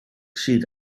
sydd